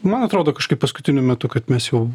man atrodo kažkaip paskutiniu metu kad mes jau